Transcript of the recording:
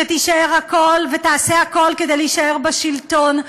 שתעשה הכול כדי להישאר בשלטון,